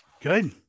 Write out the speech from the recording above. Good